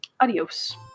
adios